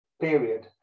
period